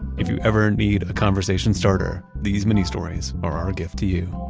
if you ever need a conversation starter, these mini-stories are our gift to you.